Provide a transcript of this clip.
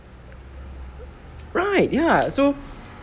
right ya so